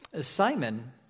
Simon